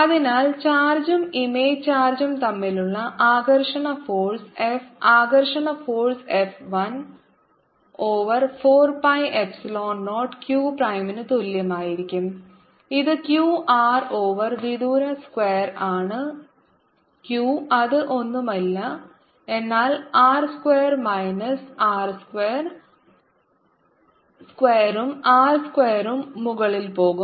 അതിനാൽ ചാർജും ഇമേജ് ചാർജും തമ്മിലുള്ള ആകർഷണ ഫോഴ്സ് F ആകർഷണ force F 1 over 4 pi epsilon 0 q പ്രൈമിന് തുല്യമായിരിക്കും ഇത് q R ഓവർ വിദൂര സ്ക്വയർ ആണ് q അത് ഒന്നുമില്ല എന്നാൽ r square minus R square സ്ക്വയറും r സ്ക്വയറും മുകളിൽ പോകും